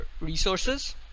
resources